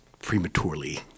prematurely